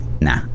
nah